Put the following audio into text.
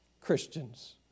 Christians